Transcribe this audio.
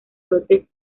brotes